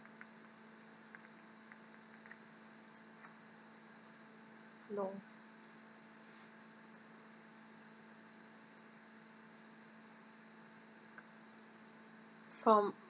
no from